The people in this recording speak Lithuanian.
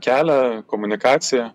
kelią komunikaciją